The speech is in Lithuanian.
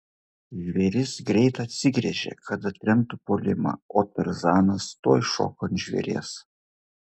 žvėris greit atsigręžė kad atremtų puolimą o tarzanas tuoj šoko ant žvėries